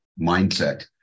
mindset